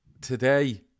today